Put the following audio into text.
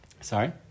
Sorry